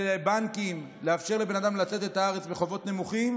ולבנקים לאפשר לבן אדם לצאת מהארץ בחובות נמוכים,